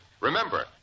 Remember